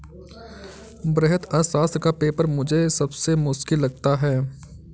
वृहत अर्थशास्त्र का पेपर मुझे सबसे मुश्किल लगता है